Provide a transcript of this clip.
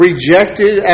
Rejected